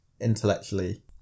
intellectually